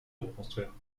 reconstruire